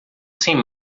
sem